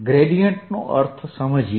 ગ્રેડીયેંટનો અર્થ સમજીએ